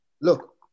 Look